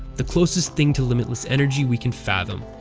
the closest thing to limitless energy we can fathom.